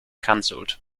cancelled